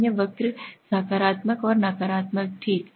सामान्य वक्र सकारात्मक और नकारात्मक ठीक